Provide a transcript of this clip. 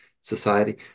society